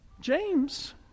James